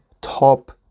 top